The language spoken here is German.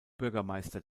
bürgermeister